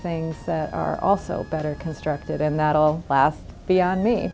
things that are also better constructed and that will last beyond me